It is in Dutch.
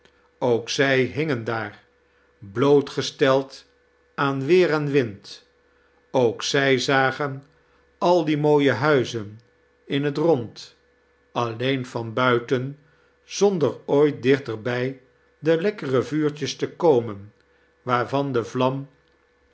ook zij hingen daar blootgesteld aan weer en wind ook zij zagen al die mooie huizen in het rond alleenvaii buiten zonder ooit dichter bij de lekkere vuurtjes te komen waarvan de vlara